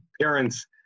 parents